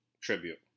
tribute